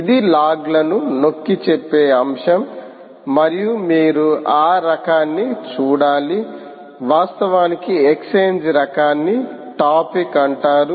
ఇది లాగ్లను నొక్కిచెప్పే అంశం మరియు మీరు ఆ రకాన్ని చూడాలి వాస్తవానికి ఎక్స్ఛేంజ్ రకాన్ని టాపిక్ అంటారు